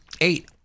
eight